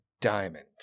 Diamond